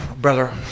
brother